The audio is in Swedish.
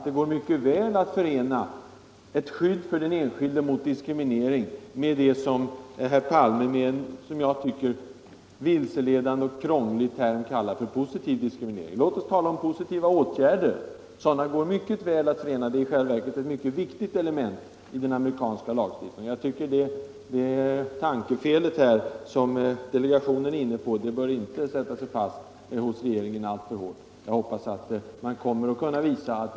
Det går mycket väl att förena ett skydd för den enskilde mot diskriminering och det som herr Palme kallar positiv diskriminering — en term som jag tycker är vilseledande och krånglig. Låt oss i stället tala om positiva åtgärder. De är i själva verket ett mycket viktigt inslag i den amerikanska lagstiftningen. Jag hoppas att det tänkande som delegationen tycks vara inne på i detta avseende inte alltför starkt skall prägla regeringens inställning.